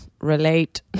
relate